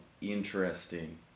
interesting